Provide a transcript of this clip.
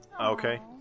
Okay